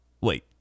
Wait